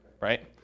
right